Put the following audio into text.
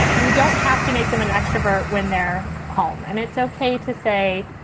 we don't have to make them an extrovert when they're home. and it's ok to say,